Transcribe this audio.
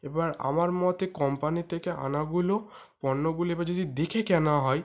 এবার আমার মতে কোম্পানি থেকে আনাগুলো পণ্যগুলো এবার যদি দেখে কেনা হয়